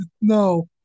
no